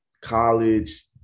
college